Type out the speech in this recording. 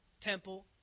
temple